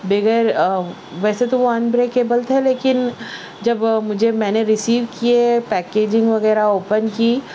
بغیر ویسے تو وہ انبریکیبل تھا لیکن جب مجھے میں نے ریسیو کئے پیکیجنگ وغیرہ اوپن کی